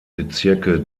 bezirke